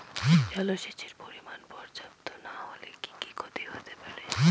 জলসেচের পরিমাণ পর্যাপ্ত না হলে কি কি ক্ষতি হতে পারে?